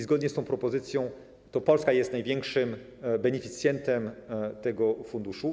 Zgodnie z tą propozycją to Polska jest największym beneficjentem tego funduszu.